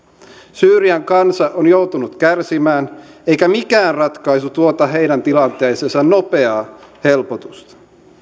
syyrian kansa on joutunut kärsimään eikä mikään ratkaisu tuota heidän tilanteeseensa nopeaa helpotusta